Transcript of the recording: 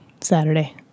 Saturday